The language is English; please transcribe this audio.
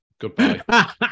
Goodbye